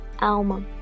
Alma